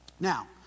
Now